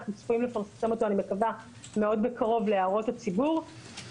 אנחנו צפויים לפרסם את הנוהל הזה מאוד בקרוב להערות הציבור,